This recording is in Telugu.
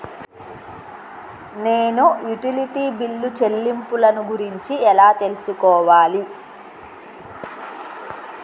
నేను యుటిలిటీ బిల్లు చెల్లింపులను గురించి ఎలా తెలుసుకోవాలి?